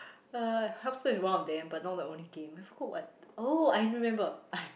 uh hopscotch is one of them but not the only game I forgot what oh I remember I